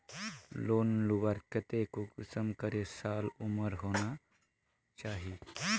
Loan लुबार केते कुंसम करे साल उमर होना चही?